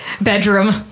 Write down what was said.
bedroom